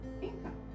income